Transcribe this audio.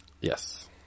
Yes